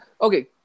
okay